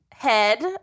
Head